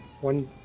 one